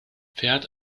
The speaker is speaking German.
fährt